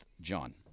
John